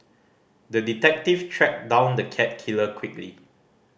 the detective tracked down the cat killer quickly